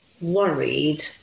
worried